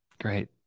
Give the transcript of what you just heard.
Great